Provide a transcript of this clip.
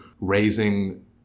raising